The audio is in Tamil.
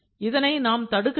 இதனை நாம் தடுக்க வேண்டும்